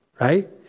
right